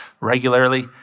regularly